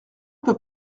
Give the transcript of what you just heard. peu